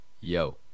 Yo